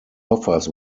offers